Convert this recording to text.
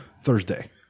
Thursday